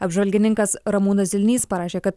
apžvalgininkas ramūnas zilnys parašė kad